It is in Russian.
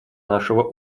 нашего